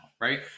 right